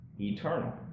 eternal